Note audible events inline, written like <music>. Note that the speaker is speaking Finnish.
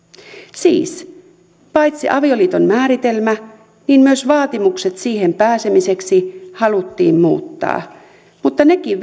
siis paitsi avioliiton määritelmä niin myös vaatimukset siihen pääsemiseksi haluttiin muuttaa mutta nekin <unintelligible>